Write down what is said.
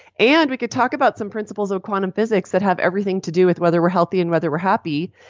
and we could talk about some principles of quantum physics that have everything to do with whether we're healthy and whether we're happy,